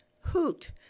hoot